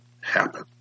happen